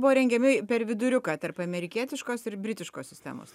buvo rengiami per viduriuką tarp amerikietiškos ir britiškos sistemos